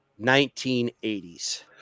1980s